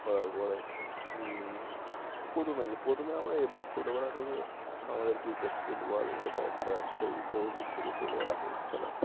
করার পরে প্রথমে কী প্রথমে আমরা এমনি ছোটবেলা থেকে আমাদের ক্রিকেট ফুটবল এটা একটা সেই বহু যুগ থেকে চলে আসছে এই খেলা